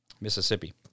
Mississippi